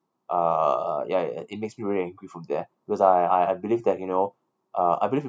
uh ya and it makes me really angry from there because I I believe that you know uh I believe